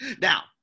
Now